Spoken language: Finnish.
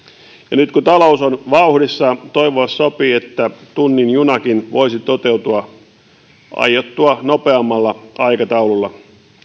ja nyt kun talous on vauhdissa toivoa sopii että tunnin junakin voisi toteutua aiottua nopeammalla aikataululla